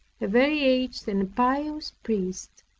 a very aged and pious priest,